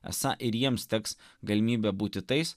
esą ir jiems teks galimybė būti tais